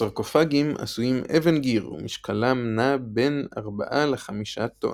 הסרקופגים עשויים אבן גיר ומשקלם נע בין 4–5 טון.